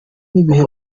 n’ibihe